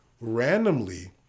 randomly